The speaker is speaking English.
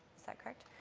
is that correct?